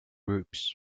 groups